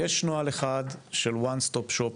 יש נוהל אחד של "one stop shop",